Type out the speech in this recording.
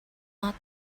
not